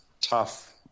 Tough